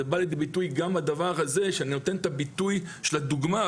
זה בא לידי ביטוי גם בדבר הזה שאני נותן את הביטוי של הדוגמה,